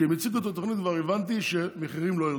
כשהם הציגו את התוכנית כבר הבנתי שהמחירים לא ירדו.